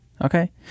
Okay